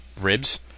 Ribs